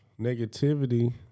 negativity